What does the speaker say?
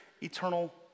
eternal